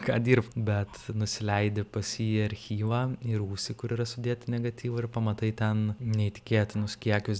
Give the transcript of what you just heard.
ką dirbt bet nusileidi pas jį į archyvą į rūsį kur yra sudėti negatyvai ir pamatai ten neįtikėtinus kiekius